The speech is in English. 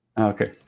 Okay